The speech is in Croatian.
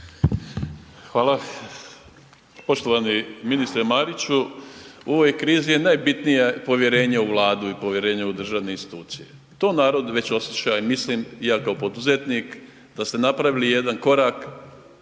Hvala. Poštovani ministre Mariću, u ovoj krizi je najbitnije povjerenje u Vladu i povjerenje u državne institucije. To narod već osjeća i mislim i ja kao poduzetnik da ste napravili jedan korak,